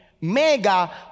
mega